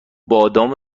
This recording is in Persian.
بادام